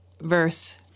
verse